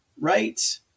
right